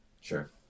Sure